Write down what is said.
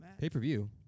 Pay-per-view